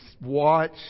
watch